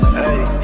ayy